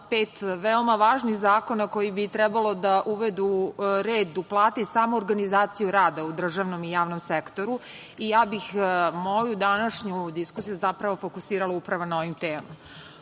pet veoma važnih zakona koji bi trebalo da uvedu red u plate i samoorganizaciju rada u državnom i javnom sektoru. Ja bih moju današnju diskusiju zapravo fokusirala na ovim temama.O